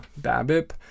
BABIP